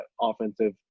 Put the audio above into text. offensive